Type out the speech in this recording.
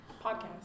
Podcast